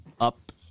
up